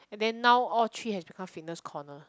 and then now all three has become fitness corner